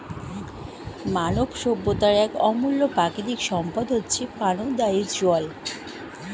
মানব সভ্যতার এক অমূল্য প্রাকৃতিক সম্পদ হচ্ছে প্রাণদায়ী জল